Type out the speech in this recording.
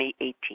2018